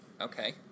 okay